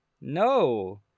no